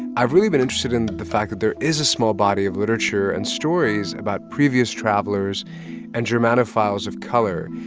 i've really been interested in the fact that there is a small body of literature and stories about previous travelers and germanophiles of color,